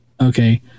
Okay